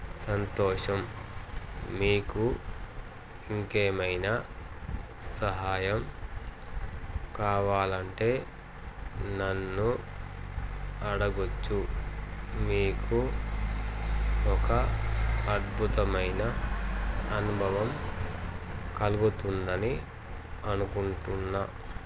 సంతోషం మీకు ఇంకా ఏమైనా సహాయం కావాలంటే నన్ను అడగ వచ్చు మీకు ఒక అద్భుతమైన అనుభవం కలగుతుందని అనుకుంటున్నాను